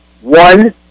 One